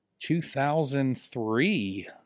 2003